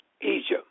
Egypt